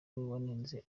wanenze